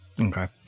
Okay